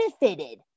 benefited